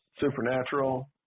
Supernatural